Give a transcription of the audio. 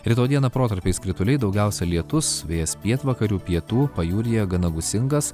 rytoj dieną protarpiais krituliai daugiausia lietus vėjas pietvakarių pietų pajūryje gana gūsingas